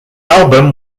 album